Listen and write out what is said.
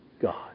God